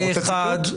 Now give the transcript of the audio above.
רוצה ציטוט?